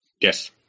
Yes